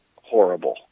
horrible